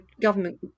government